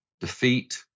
defeat